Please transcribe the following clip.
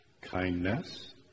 kindness